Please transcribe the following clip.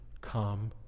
Come